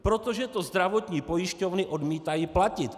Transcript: Proto, že to zdravotní pojišťovny odmítají platit!